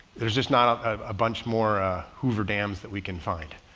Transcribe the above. there's just not a bunch more hoover dams that we can find.